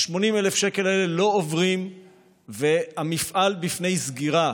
ה-80,000 שקל האלה לא עוברים והמפעל בפני סגירה.